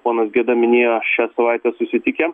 ponas geda minėjo šią savaitę susitikę